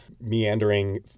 meandering